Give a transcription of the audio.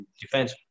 Defense